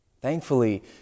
Thankfully